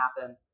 happen